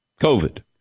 covid